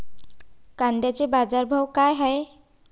कांद्याचे बाजार भाव का हाये?